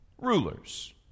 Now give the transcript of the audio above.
rulers